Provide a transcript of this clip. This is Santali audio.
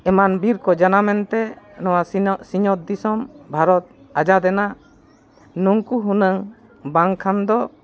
ᱮᱢᱟᱱ ᱵᱤᱨ ᱠᱚ ᱡᱟᱱᱟᱢᱮᱱ ᱛᱮ ᱱᱚᱣᱟ ᱥᱤᱧ ᱚᱛ ᱫᱤᱥᱚᱢ ᱵᱷᱟᱨᱚᱛ ᱟᱡᱟᱫ ᱮᱱᱟ ᱱᱩᱝᱠᱩ ᱦᱩᱱᱟᱹᱝ ᱵᱟᱝ ᱠᱷᱟᱱ ᱫᱚ